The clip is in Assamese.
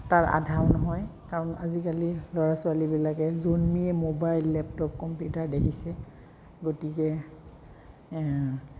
তাৰ আধাও নহয় কাৰণ আজিকালি ল'ৰা ছোৱালীবিলাকে জন্মিয়ে মোবাইল লেপটপ কম্পিউটাৰ দেখিছে গতিকে